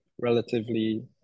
relatively